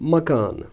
مکانہٕ